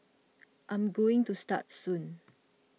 I'm going to start soon